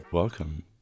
Welcome